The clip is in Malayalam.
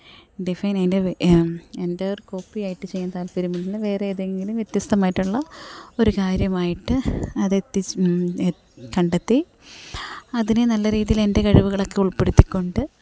ഡിഫൈൻ അതിന്റെ എന്റയര് കോപ്പി ആയിട്ട് ചെയ്യാന് താല്പര്യമില്ല വേറെ ഏതെങ്കിലും വ്യത്യസ്തമായിട്ടുള്ള ഒരു കാര്യമായിട്ട് അതെത്തിച്ച് കണ്ടെത്തി അതിനെ നല്ല രീതിയിലെന്റെ കഴിവുകളൊക്കെ ഉള്പ്പെടുത്തിക്കൊണ്ട്